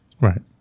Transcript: Right